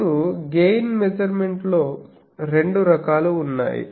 ఇప్పుడు gain measurement లో రెండు రకాలు ఉన్నాయి